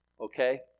okay